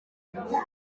inaha